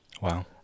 Wow